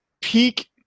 peak